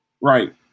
Right